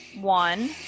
one